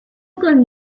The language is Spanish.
con